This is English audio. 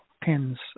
pins